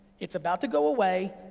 it's about to go away,